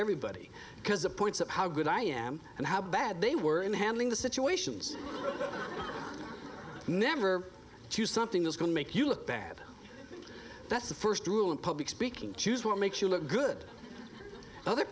everybody because it points up how good i am and how bad they were in handling the situations never choose something that's going to make you look bad that's the first rule in public speaking choose what makes you look good other